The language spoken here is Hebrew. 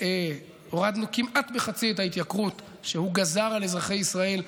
והורדנו כמעט בחצי את ההתייקרות שהוא גזר על אזרחי ישראל,